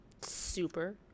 Super